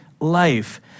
life